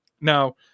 now